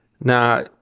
Now